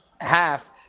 half